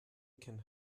can